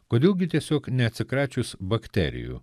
kodėl gi tiesiog neatsikračius bakterijų